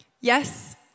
Yes